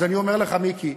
אז אני אומר לך, מיקי,